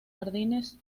jardines